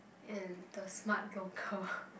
and the smart joker